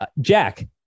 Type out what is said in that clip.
Jack